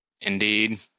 Indeed